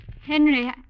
Henry